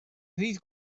fydd